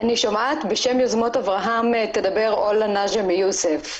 בשם יוזמות אברהם, תדבר עולא נג'מי מיוסף.